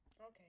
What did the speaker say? okay